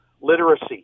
literacy